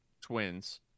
twins